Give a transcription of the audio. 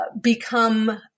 become